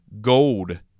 gold